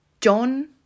John